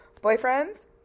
boyfriends